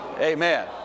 Amen